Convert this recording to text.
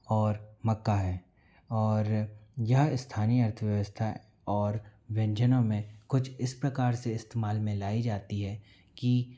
और मक्का है और यह स्थानीय अर्थव्यवस्था और व्यंजनों में कुछ इस प्रकार से इस्तेमाल में लाई जाती है कि